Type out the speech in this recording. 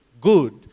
good